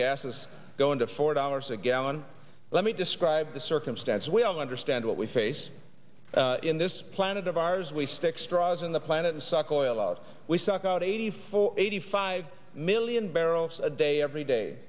gas is going to four dollars a gallon let me describe the circumstance we all understand what we face in this planet of ours we stick straws in the planet and suck oil out we suck out eighty four eighty five million barrels a day every day